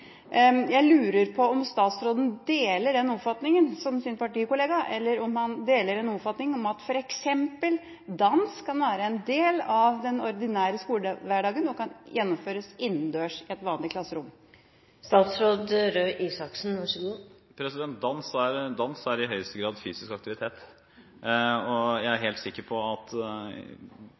Jeg lurer på om statsråden deler oppfatninga til sin partikollega, eller om han deler den oppfatninga at f.eks. dans kan være en del av den ordinære skolehverdagen og kan gjennomføres innendørs i et vanlig klasserom. Dans er i høyeste grad fysisk aktivitet, og jeg er helt sikker på at